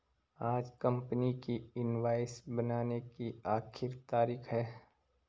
आज कंपनी की इनवॉइस बनाने की आखिरी तारीख है